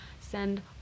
send